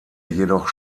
jedoch